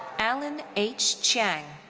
alan h. chiang.